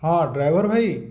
ହଁ ଡ୍ରାଇଭର୍ ଭାଇ